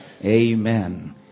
Amen